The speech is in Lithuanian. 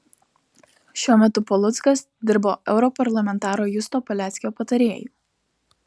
šiuo metu paluckas dirbo europarlamentaro justo paleckio patarėju